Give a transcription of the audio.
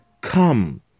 Come